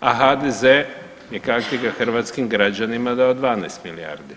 a HDZ-e je kakti ga hrvatskim građanima dao 12 milijardi.